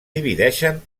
divideixen